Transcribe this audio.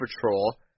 Patrol